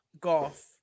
golf